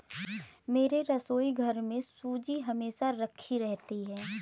मेरे रसोईघर में सूजी हमेशा राखी रहती है